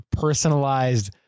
personalized